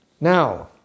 Now